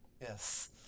Yes